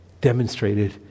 Demonstrated